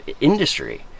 industry